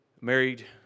married